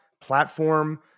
platform